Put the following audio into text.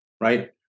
right